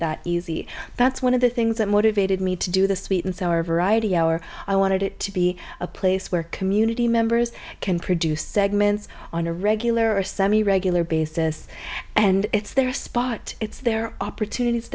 that easy that's one of the things that motivated me to do the sweet and sour variety hour i wanted it to be a place where community the members can produce segments on a regular semi regular basis and it's their spot it's their opportunities